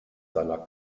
seiner